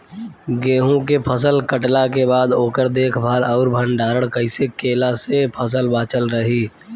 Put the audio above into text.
गेंहू के फसल कटला के बाद ओकर देखभाल आउर भंडारण कइसे कैला से फसल बाचल रही?